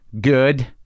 good